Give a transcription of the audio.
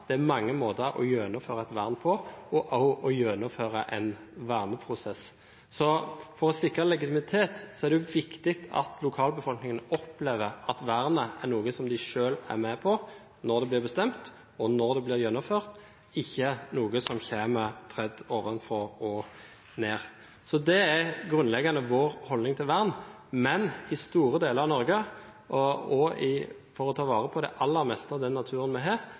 Det er mange måter å gjennomføre et vern og en verneprosess på. For å sikre legitimitet er det viktig at lokalbefolkningen opplever at vernet er noe som de selv er med på når det blir bestemt og gjennomført – ikke at det er noe som tres nedover dem. Det er grunnleggende sett vår holdning til vern. I store deler av Norge er – for å ta vare på det aller meste av naturen vi har